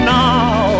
now